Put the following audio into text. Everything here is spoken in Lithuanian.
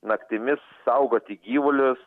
naktimis saugoti gyvulius